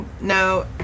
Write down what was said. No